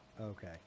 okay